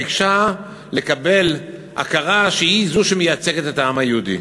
ביקשה לקבל הכרה שהיא זו שמייצגת את העם היהודי.